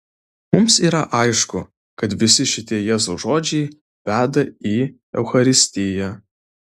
mums yra aišku kad visi šitie jėzaus žodžiai veda į eucharistiją